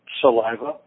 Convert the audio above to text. saliva